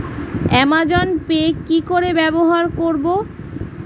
Amazon Pay কি করে ব্যবহার করব?